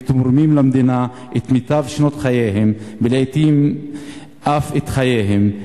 הם תורמים למדינה את מיטב שנות חייהם ולעתים אף את חייהם.